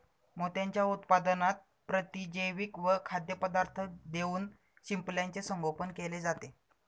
मोत्यांच्या उत्पादनात प्रतिजैविके व खाद्यपदार्थ देऊन शिंपल्याचे संगोपन केले जाते